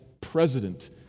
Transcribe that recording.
President